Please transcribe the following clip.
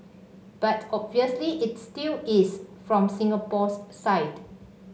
but obviously it still is from Singapore's side